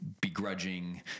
begrudging